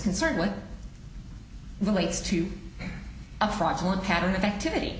concerned with relates to a fraudulent pattern of activity